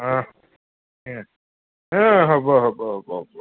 এই হ'ব হ'ব হ'ব হ'ব